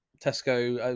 tesco,